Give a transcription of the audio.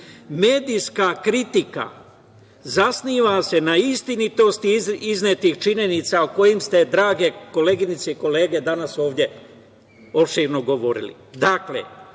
Medijska kritika zasniva se na istinitosti iznetih činjenica o kojima ste, drage koleginice i kolege, danas ovde opširno govorili.